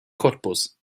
cottbus